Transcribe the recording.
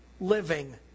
living